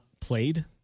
played